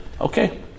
okay